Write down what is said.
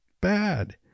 Bad